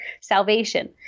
salvation